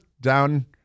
down